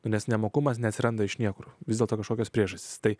nes nemokumas neatsiranda iš niekur vis dėlto kažkokios priežastys tai